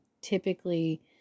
typically